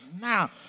now